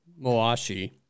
Moashi